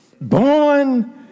Born